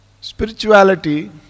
Spirituality